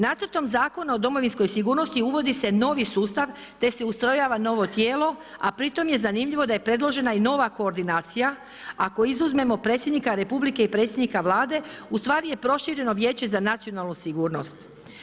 Nacrtom Zakona o domovinskoj sigurnosti uvodi se novi sustav te se ustrojava novo tijelo a pritom je zanimljivo da je predložena i nova koordinacija, ako izuzmemo Predsjednika Republike i predsjednika Vlade, ustvari je prošireno Vijeće za nacionalnu sigurnost.